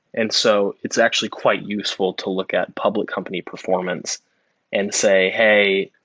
and so it's actually quite useful to look at public company performance and say, hey,